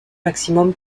maximum